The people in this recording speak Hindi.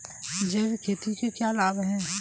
जैविक खेती के क्या लाभ हैं?